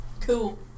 Cool